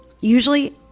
usually